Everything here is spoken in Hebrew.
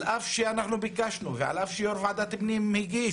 על אף שביקשנו ועל אף שיו"ר ועדת הפנים ביקש